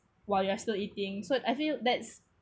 while you're still eating so I feel that's